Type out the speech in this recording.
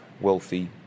wealthy